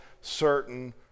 certain